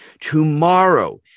Tomorrow